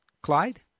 clyde